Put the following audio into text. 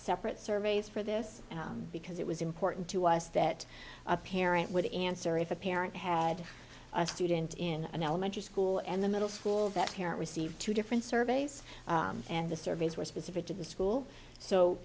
separate surveys for this because it was important to us that a parent would answer if a parent had a student in an elementary school and the middle school that parent received two different surveys and the surveys were specific to the school so